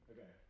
Okay